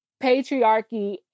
patriarchy